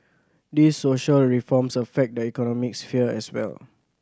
these social reforms affect the economic sphere as well